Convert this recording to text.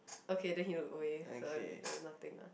okay then he look away so it was nothing lah